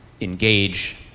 engage